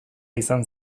izan